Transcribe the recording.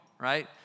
right